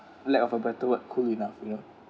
lack of a better word cool enough you know